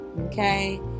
okay